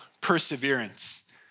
perseverance